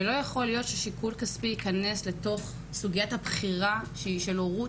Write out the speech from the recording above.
ולא יכול להיות ששיקול כספי ייכנס לתוך סוגיית הבחירה של הורות,